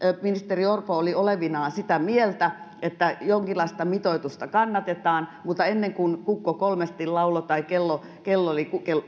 ministeri orpo oli olevinaan sitä mieltä että jonkinlaista mitoitusta kannatetaan mutta ennen kuin kukko kolmesti lauloi tai kello kello oli